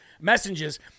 messages